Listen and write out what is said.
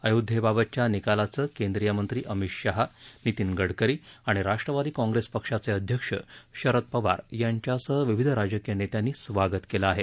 अयोध्येबाबतच्या निकालाचं केंद्रीय मंत्री अमित शहा नितीन गडकरी आणि राष्ट्रवादी काँग्रेस पक्षाचे अध्यक्ष शरद पवार यांच्यासह विविध राजकीय नेत्यांनी स्वागत केलं आहे